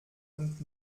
und